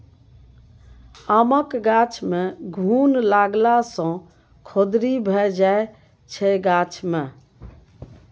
आमक गाछ मे घुन लागला सँ खोदरि भए जाइ छै गाछ मे